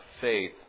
faith